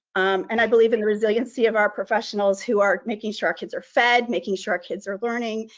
and i believe in the resiliency of our professionals, who are making sure our kids are fed, making sure our kids are learning,